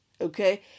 okay